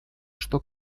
что